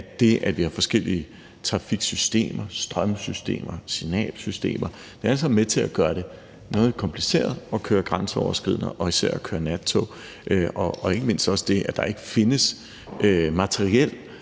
at det, at vi har forskellige trafiksystemer, strømsystemer, signalsystemer, alt sammen er med til at gøre det noget kompliceret at køre grænseoverskridende og især at køre nattog; og ikke mindst også det, at der ikke findes materiel